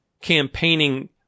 campaigning